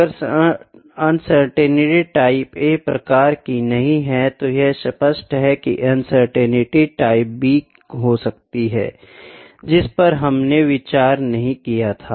अगर uncertainty type A प्रकार की नहीं है तो यह स्पष्ट है की अनसर्टेनिटी टाइप B हो सकती है जिस पर हमने विचार नहीं किया था